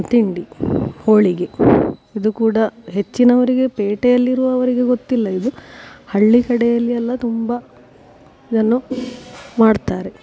ತಿಂಡಿ ಹೋಳಿಗೆ ಇದು ಕೂಡ ಹೆಚ್ಚಿನವರಿಗೆ ಪೇಟೆಯಲ್ಲಿರುವವರಿಗೆ ಗೊತ್ತಿಲ್ಲ ಇದು ಹಳ್ಳಿ ಕಡೆಯಲ್ಲಿ ಎಲ್ಲ ತುಂಬ ಇದನ್ನು ಮಾಡ್ತಾರೆ